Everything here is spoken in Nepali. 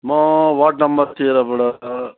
म वार्ड नम्बर तेह्रबाट